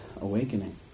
awakening